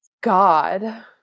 God